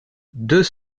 deux